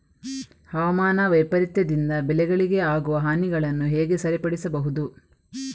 ಹವಾಮಾನ ವೈಪರೀತ್ಯದಿಂದ ಬೆಳೆಗಳಿಗೆ ಆಗುವ ಹಾನಿಗಳನ್ನು ಹೇಗೆ ಸರಿಪಡಿಸಬಹುದು?